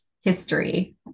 history